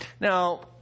Now